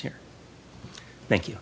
here thank you